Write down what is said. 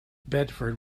bedford